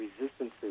resistances